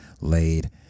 laid